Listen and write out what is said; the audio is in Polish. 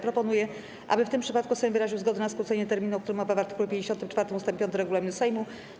Proponuję, aby w tym przypadku Sejm wyraził zgodę na skrócenie terminu, o którym mowa w art. 54 ust. 5 regulaminu Sejmu.